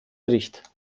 bericht